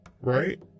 right